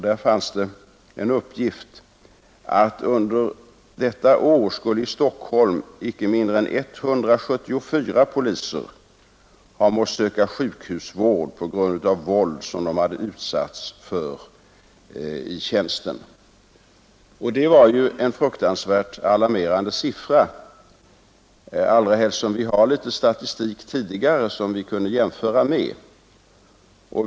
Där fanns uppgiften att under detta år skulle i Stockholm icke mindre än 174 poliser ha måst söka sjukhusvård på grund av våld som de hade utsatts för i tjänsten. Det var en fruktansvärt alarmerande siffra, allra helst som det finns en del tidigare statistik att jämföra med.